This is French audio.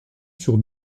sur